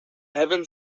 heaven